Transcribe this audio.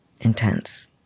intense